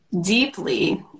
deeply